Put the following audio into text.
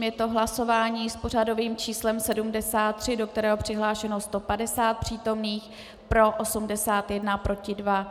Je to hlasování s pořadovým číslem 73, do kterého je přihlášeno 150 přítomných, pro 81, proti 2.